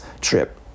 trip